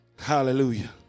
Hallelujah